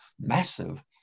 massive